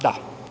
Da.